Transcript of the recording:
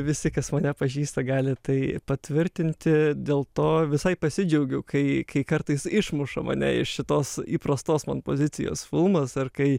visi kas mane pažįsta gali tai patvirtinti dėl to visai pasidžiaugiau kai kai kartais išmuša mane iš šitos įprastos man pozicijos filmas ar kai